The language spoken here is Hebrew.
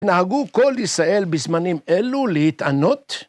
נהגו כל ישראל בזמנים אלו להתענות